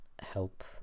help